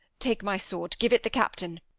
take my sword give it the captain.